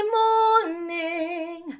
morning